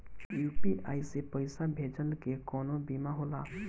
UPI से पईसा भेजल के कौनो सीमा होला?